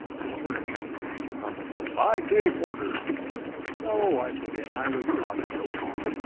he turned angrily to the constable. i gave orders no, i put in i was not in this room.